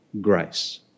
grace